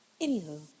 Anywho